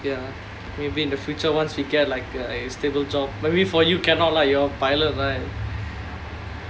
ya maybe in the future once we get like a like a stable job maybe for you cannot lah you are pilot right